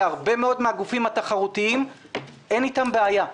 הרבה מאוד מן הגופים התחרותיים אין איתם בעיה.